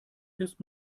ist